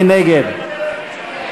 מי נגד?